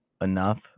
enough